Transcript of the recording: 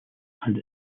and